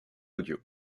audio